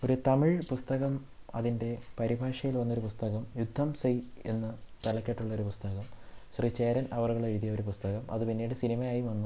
ഒരു തമിഴ് പുസ്തകം അതിൻ്റെ പരിഭാഷയിൽ വന്നൊരു പുസ്തകം യുദ്ധം സെയ് എന്ന് തലക്കെട്ടുള്ള ഒരു പുസ്തകം ശ്രീ ചേരൻ അവർകൾ എഴുതിയ ഒരു പുസ്തകം അത് പിന്നീട് സിനിമയായി വന്നു